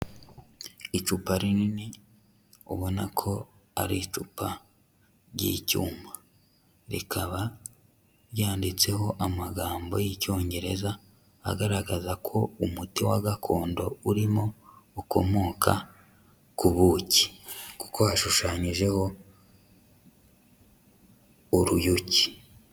Icupa rinini, ubona ko ari icupa ry'icyuma, rikaba ryanditseho amagambo y'Icyongereza, agaragaza ko umuti wa gakondo urimo, ukomoka ku buki, kuko hashushanyijeho uruyuki.